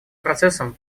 процессом